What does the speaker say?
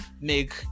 make